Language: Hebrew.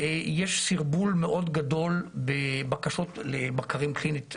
זאת אומרת: לעבור את אותה ועדת הלסינקי